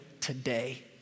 today